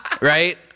right